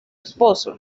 esposo